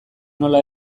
nola